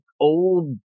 old